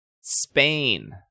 Spain